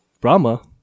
brahma